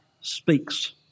speaks